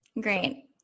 Great